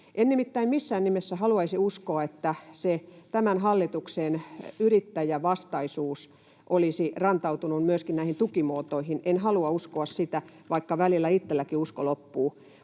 En nimittäin missään nimessä haluaisi uskoa, että se tämän hallituksen yrittäjävastaisuus olisi rantautunut myöskin näihin tukimuotoihin, en halua uskoa sitä, vaikka välillä itsellänikin usko loppuu.